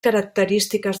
característiques